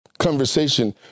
conversation